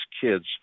kids